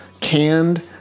canned